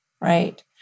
right